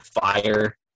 Fire